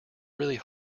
really